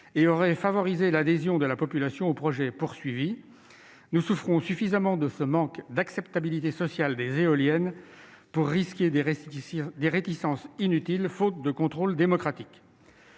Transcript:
et favoriserait l'adhésion de la population au projet envisagé. Nous souffrons suffisamment de ce manque d'acceptabilité sociale des éoliennes pour risquer des réticences inutiles, faute de contrôle démocratique.